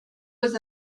was